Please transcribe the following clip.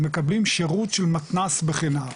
מקבלים שירות של מתנ"ס בחינם,